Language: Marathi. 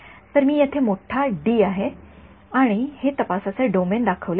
तर मी येथे हे मोठा डी आहे येथे तपासाचे डोमेन दाखवले आहे